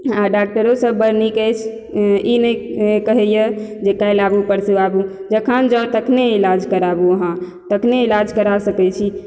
आ डाक्टरो सब बड्ड नीक अछि ई नहि कहैया जे काल्हि आबु परसू आबु जखन जाउ तखने इलाज कराबु अहाँ तखने इलाज करा सकै छी